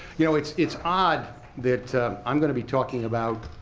you know, it's it's odd that i'm going to be talking about